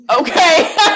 okay